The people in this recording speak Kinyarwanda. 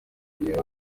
ryigenga